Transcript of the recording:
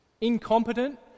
incompetent